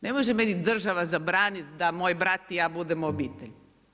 Ne može meni država zabraniti da moj brat i ja budemo obitelj.